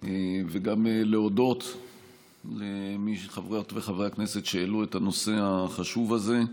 וגם להודות לחברות וחברי הכנסת שהעלו את הנושא החשוב הזה.